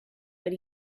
but